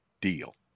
deal